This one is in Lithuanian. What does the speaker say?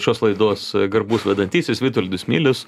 šios laidos garbus vedantysis vitoldas milius